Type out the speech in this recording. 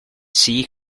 see